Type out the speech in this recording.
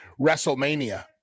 WrestleMania